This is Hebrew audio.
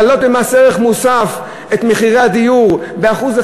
להעלות במס ערך מוסף את מחירי הדיור ב-1%,